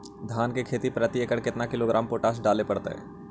धान की खेती में प्रति एकड़ केतना किलोग्राम पोटास डाले पड़तई?